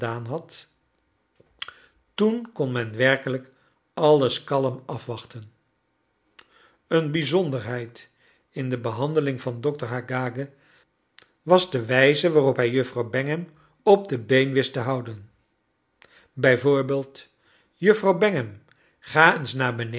had toen kon men werkelijk alles kalm afwachten een bijzonderheid in de behandeling van dokter haggage was de wij ze waarop hij juffrouw bangham op de been wist te houden b v juffrouw bangham ga eens naar